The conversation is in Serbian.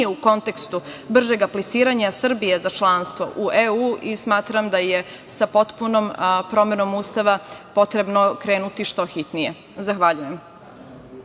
u kontekstu bržeg apliciranja Srbije za članstvo u EU i smatram da je sa potpunom promenom Ustava potrebno krenuti što hitnije. Zahvaljujem.